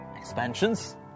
expansions